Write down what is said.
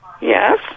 Yes